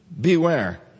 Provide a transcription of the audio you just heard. beware